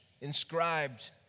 inscribed